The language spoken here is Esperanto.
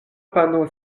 pano